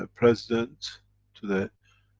ah president to the